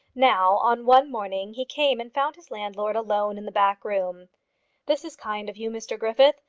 now, on one morning he came and found his landlord alone in the book-room. this is kind of you, mr griffith,